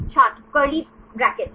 छात्र curly braces